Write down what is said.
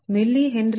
d2 3